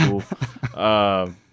cool